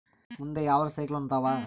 ಮುಂದೆ ಯಾವರ ಸೈಕ್ಲೋನ್ ಅದಾವ?